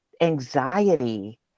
anxiety